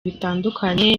bitandukanye